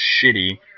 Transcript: shitty